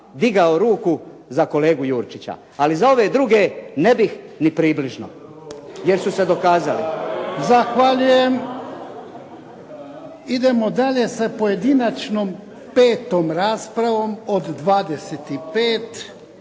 digao ruku za kolegu Jurčića. Ali za ove druge ne bih ni približno, jer su se dokazali. **Jarnjak, Ivan (HDZ)** Zahvaljujem. Idemo dalje sa pojedinačnom petom raspravom od 25.